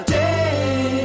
day